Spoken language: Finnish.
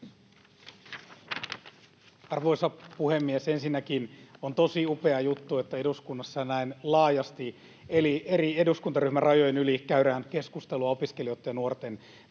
Arvoisa puhemies! Ensinnäkin on tosi upea juttu, että eduskunnassa näin laajasti eri eduskuntaryhmärajojen yli käydään keskustelua opiskelijoiden ja nuorten